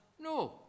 no